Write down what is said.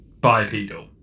bipedal